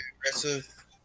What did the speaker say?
aggressive